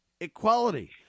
Equality